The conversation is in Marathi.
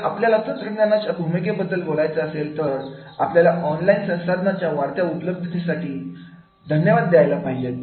जर आपल्याला तंत्रज्ञानाच्या भूमिकेबद्दल बोलायचं असेल तर आपल्याला ऑनलाइन संसाधनांच्या वाढत्या उपलब्धतेसाठी धन्यवाद द्यायला पाहिजेत